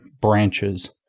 branches